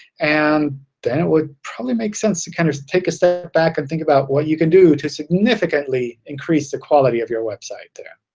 and then it would probably make sense to kind of take a step back and think about what you can do to significantly increase the quality of your website there.